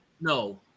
no